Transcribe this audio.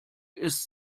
ist